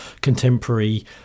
contemporary